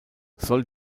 soll